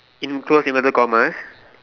in close inverted commas